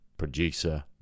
Producer